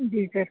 जी sir